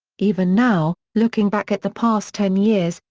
even now, looking back at the past ten years,